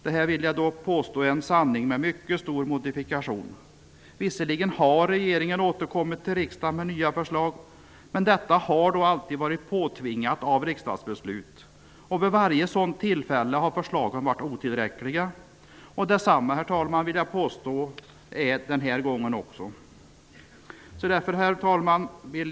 Det här är, vill jag påstå, en sanning med mycket stor modifikation. Visserligen har regeringen återkommit till riksdagen med nya förslag, men detta har alltid varit påtvingat av riksdagsbeslut. Vid varje sådant tillfälle har förslagen varit otillräckliga. Jag vill påstå att detsamma gäller den här gången också.